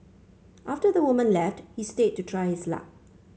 after the woman left he stayed to try his luck